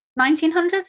1900s